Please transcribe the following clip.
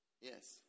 Yes